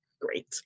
great